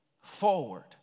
forward